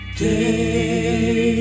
day